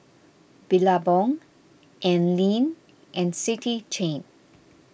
Billabong Anlene and City Chain